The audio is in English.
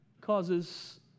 causes